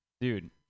Dude